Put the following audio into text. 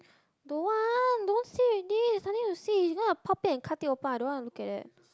don't want don't want see already nothing to see it's gonna pop it and cut it open I don't wanna look at that